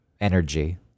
energy